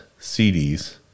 CDs